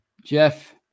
Jeff